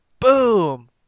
boom